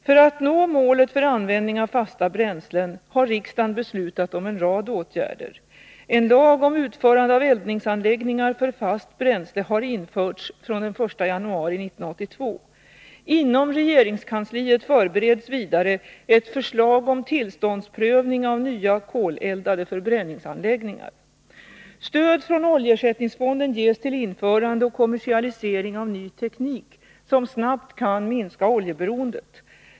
För att nå målet för användning av fasta bränslen har riksdagen beslutat om en rad åtgärder. En lag om utförande av eldningsanläggningar för fast bränsle har införts från den 1 januari 1982. Inom regeringskansliet förbereds vidare ett förslag om tillståndsprövning av nya koleldade förbränningsanläggningar. Stöd från oljeersättningsfonden ges till införande och kommersialisering av ny teknik som snabbt kan minska oljeberoendet.